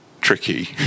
tricky